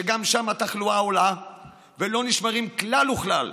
שגם שם התחלואה עולה ולא נשמעים כלל וכלל